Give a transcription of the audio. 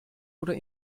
oder